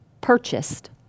purchased